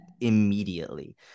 immediately